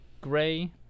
gray